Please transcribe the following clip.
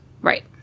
Right